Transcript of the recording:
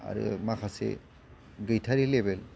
आरो माखासे गैथारि लेभेल